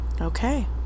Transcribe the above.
okay